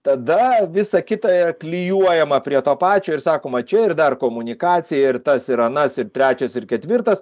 tada visa kita yra klijuojama prie to pačio ir sakoma čia ir dar komunikacija ir tas ir anas ir trečias ir ketvirtas